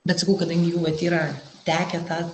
bet sakau kadangi jau vat yra tekę tą